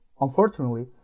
Unfortunately